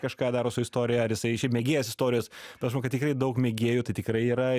kažką daro su istorija ar jisai šiaip mėgėjas istorijos tai aš manau kad tikrai daug mėgėjų tai tikrai yra